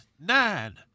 nine